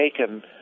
taken